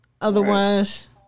Otherwise